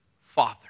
father